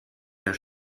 der